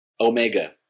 Omega